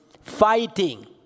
fighting